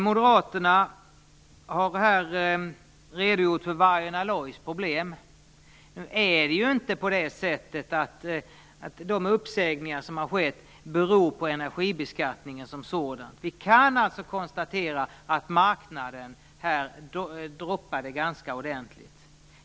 Moderaterna har här redogjort för Vargön Alloys problem. Men de uppsägningar som har skett beror ju inte på energibeskattningen som sådan. Vi kan alltså konstatera att marknaden här "droppade" ganska ordentligt.